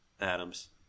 Adams